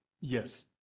Yes